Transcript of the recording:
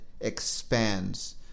expands